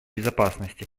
безопасности